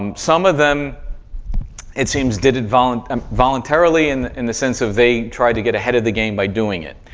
um some of them it seems did it voluntarily voluntarily and in the sense they tried to get ahead of the game by doing it.